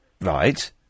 Right